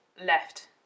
left